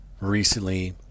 recently